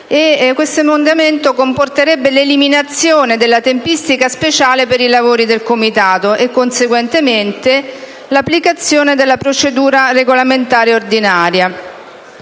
4. L'emendamento comporterebbe l'eliminazione della tempistica speciale per i lavori del Comitato e conseguentemente l'applicazione della procedura regolamentare ordinaria.